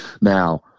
Now